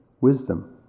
wisdom